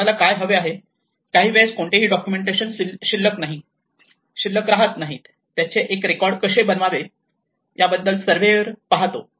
कोणाला काय हवे आहे काही वेळेस कोणतीही डॉक्युमेंट शिल्लक नाहीत त्याचे एक रेकॉर्ड कसे बनवायचे याबद्दल सर्वेअर पाहतो